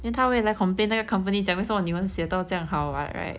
then 他会来 complain 那个 company 讲为什么你们写到这样好 what right